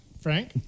Frank